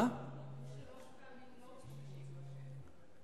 אמרו שלוש פעמים לא ב-1967.